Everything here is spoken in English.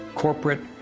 corporate,